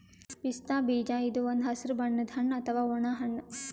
ಪಿಸ್ತಾ ಬೀಜ ಇದು ಒಂದ್ ಹಸ್ರ್ ಬಣ್ಣದ್ ಹಣ್ಣ್ ಅಥವಾ ಒಣ ಹಣ್ಣ್